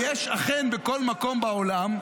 ואכן יש כמעט בכל מקום בעולם,